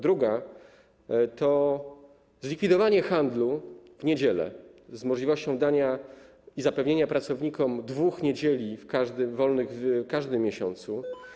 Druga dotyczy zlikwidowania handlu w niedzielę z możliwością dania i zapewnienia pracownikom dwóch niedziel wolnych w każdym miesiącu.